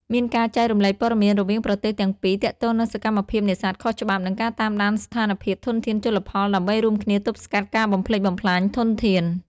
មានការចែករំលែកព័ត៌មានរវាងប្រទេសទាំងពីរទាក់ទងនឹងសកម្មភាពនេសាទខុសច្បាប់ និងការតាមដានស្ថានភាពធនធានជលផល ដើម្បីរួមគ្នាទប់ស្កាត់ការបំផ្លិចបំផ្លាញធនធាន។